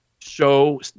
show